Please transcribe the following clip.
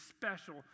special